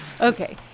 Okay